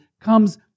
comes